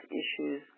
issues